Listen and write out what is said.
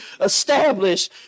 establish